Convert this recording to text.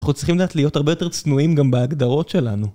אנחנו צריכים לדעת להיות הרבה יותר צנועים גם בהגדרות שלנו